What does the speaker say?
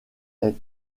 est